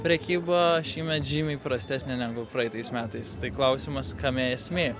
prekyba šįmet žymiai prastesnė negu praeitais metais tai klausimas kame esmė